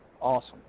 Awesome